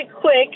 quick